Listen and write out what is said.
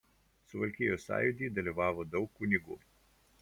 suvalkijos sąjūdy dalyvavo daug kunigų